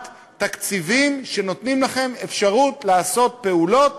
תקציבים שנותנים לכם אפשרות לעשות פעולות